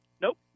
Nope